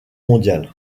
mondiale